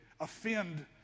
offend